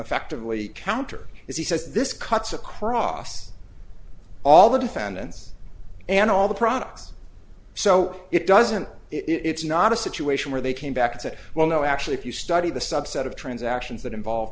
effectively counter is he says this cuts across all the defendants and all the products so it doesn't it's not a situation where they came back and said well no actually if you study the subset of transactions that involve